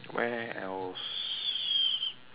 where else